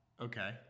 Okay